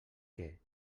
que